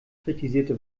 kritisierte